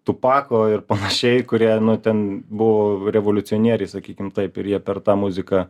tupako ir panašiai kurie ten buvo revoliucionieriai sakykim taip ir jie per tą muziką